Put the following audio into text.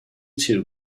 two